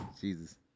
Jesus